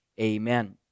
amen